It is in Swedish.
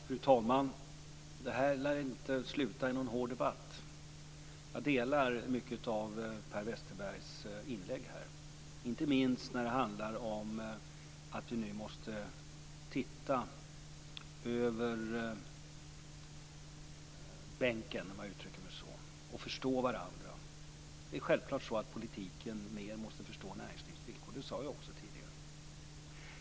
Fru talman! Detta lär inte sluta i någon hård debatt. Jag delar mycket i Per Westerbergs inlägg, inte minst när det handlar om att vi nu måste se över bänken, om jag får uttrycka mig så, och förstå varandra. Det är självklart så att politiken mer måste förstå näringslivets villkor, vilket jag också sade tidigare.